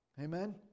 Amen